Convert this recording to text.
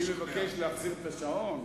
אני מבקש להחזיר את השעון,